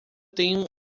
tenho